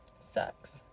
Sucks